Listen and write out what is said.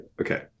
okay